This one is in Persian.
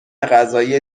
قضایی